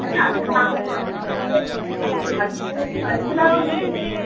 അല്ല അത് സാ അത് അത് അത് ഞ അത് ഞങ്ങൾക്ക് മനസ്സിലാവുന്നുണ്ട് സാറെ